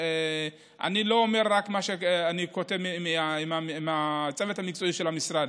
אני לא אומר רק מה שאני כותב עם הצוות המקצועי של המשרד,